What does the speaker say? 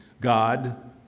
God